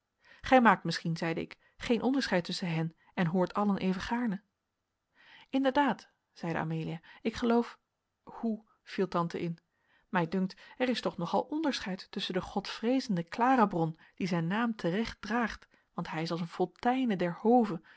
gij maakt misschien zeide ik geen onderscheid tusschen hen en hoort allen even gaarne inderdaad zeide amelia ik geloof hoe viel tante in mij dunkt er is toch nogal onderscheid tusschen den godvreezenden klarebron die zijn naam te recht draagt want hij is als eene fonteijne